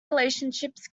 relationships